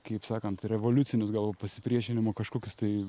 kaip sakant revoliucinius gal pasipriešinimo kažkokius tai